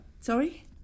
Sorry